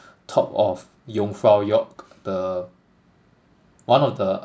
top of jungfraujoch the one of the